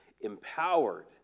empowered